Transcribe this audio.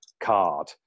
card